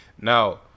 Now